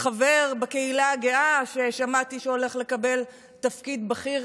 חבר בקהילה הגאה ששמעתי שהוא הולך לקבל תפקיד בכיר,